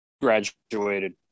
Graduated